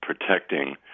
protecting